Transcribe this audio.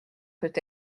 peut